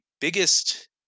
biggest